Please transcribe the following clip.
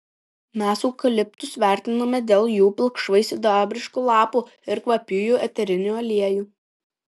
mes eukaliptus vertiname dėl jų pilkšvai sidabriškų lapų ir kvapiųjų eterinių aliejų